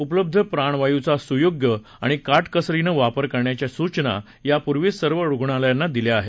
उपलब्ध प्राणवायूचा सुयोग्य आणि काटकसरीने वापर करण्याच्या सूचना यापूर्वीच सर्व रुग्णालयांना दिल्या आहेत